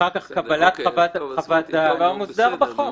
אחר כך קבלת חוות דעת --- זה כבר מוסדר בחוק.